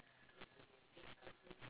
yes you have a radio laughter